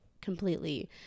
completely